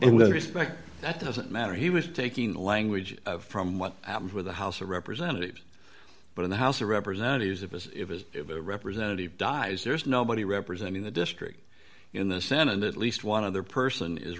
respect that doesn't matter he was taking the language from what happened with the house of representatives but in the house of representatives of his representative dies there's nobody representing the district in the senate at least one other person is